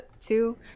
two